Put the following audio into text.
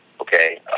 Okay